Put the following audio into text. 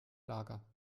lager